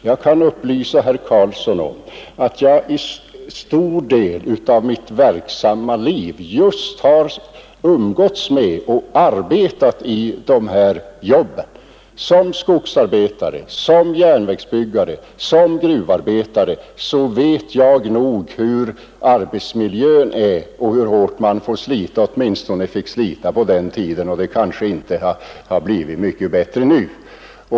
Jag kan upplysa herr Carlsson om att jag under en stor del av mitt verksamma liv har arbetat i sådana jobb. Som skogsarbetare, som järnvägsbyggare och som gruvarbetare vet jag nog hur arbetsmiljön är och hur hårt man får slita; åtminstone hur hårt man fick slita på den tiden, och det har kanske inte blivit mycket bättre.